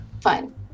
fine